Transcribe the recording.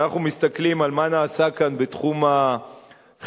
כשאנחנו מסתכלים על מה שנעשה כאן בתחום החינוך,